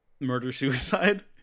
murder-suicide